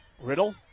Riddle